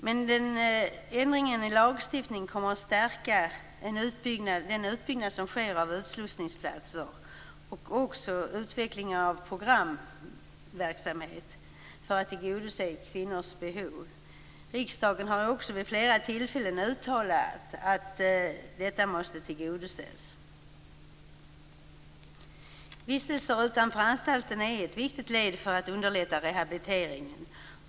Men ändringen i lagstiftningen kommer att stärka den utbyggnad som kommer att ske av utslussningsplatser och också utvecklingen av programverksamhet för att tillgodose kvinnors behov. Riksdagen har vid flera tillfällen uttalat att detta måste tillgodoses. Vistelser utanför anstalter är ett viktigt led för att underlätta rehabiliteringen.